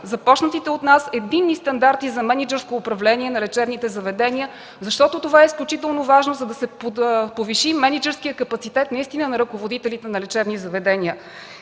започнатите от нас единни стандарти за мениджърско управление на лечебните заведения, защото това е изключително важно, за да се повиши мениджърският капацитет на ръководителите на лечебни заведения?